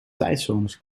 tijdzones